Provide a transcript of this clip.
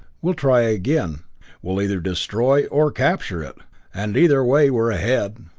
we'll try again we'll either destroy or capture it and either way we're ahead!